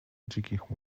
dzikich